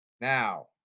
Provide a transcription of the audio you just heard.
Now